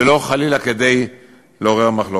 ולא חלילה לעורר מחלוקת.